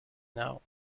know